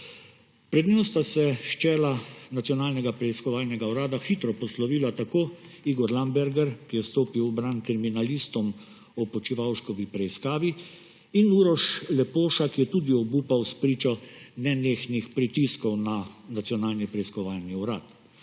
Pred njo sta se s čela Nacionalnega preiskovalnega urada hitro poslovila tako Igor Lamberger, ki je stopil v bran kriminalistom ob Počivalškovi preiskavi, in Uroš Lepoša, ki je tudi obupal spričo nenehnih pritiskov na Nacionalni preiskovalni urad.